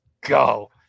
go